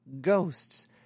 ghosts